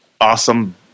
awesome